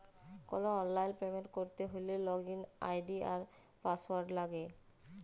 call অললাইল payment ক্যরতে হ্যলে লগইল আই.ডি আর পাসঅয়াড় লাগে